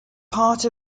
part